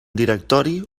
directori